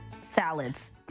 salads